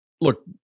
look